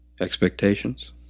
expectations